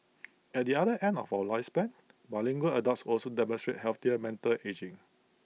at the other end of our lifespan bilingual adults also demonstrate healthier mental ageing